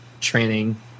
training